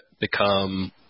become